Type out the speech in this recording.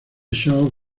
shaw